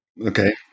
Okay